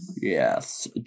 Yes